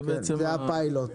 זה הפיילוט.